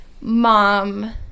mom